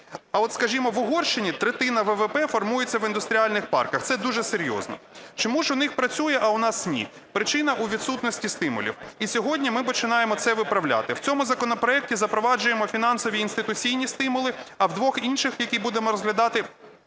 А от, скажімо, в Угорщині третина ВВП формується в індустріальних парках, це дуже серйозно. Чому ж у них працює, а у нас ні? Причина у відсутності стимулів. І сьогодні ми починаємо це виправляти. В цьому законопроекті запроваджуємо фінансові і інституційні стимули, а в двох інших, які будемо розглядати